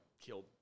killed